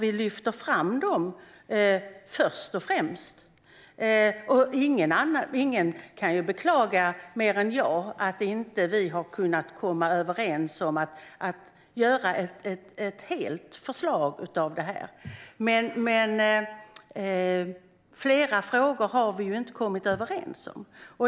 Ingen kan mer än jag beklaga att vi inte har kunnat komma överens om att göra ett helt förslag av detta. Men det finns flera frågor som vi inte har kommit överens om.